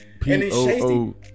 P-O-O